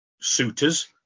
suitors